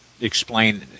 explain